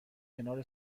کنار